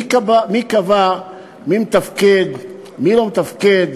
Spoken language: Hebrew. מי קבע מי מתפקד, מי לא מתפקד?